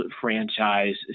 franchise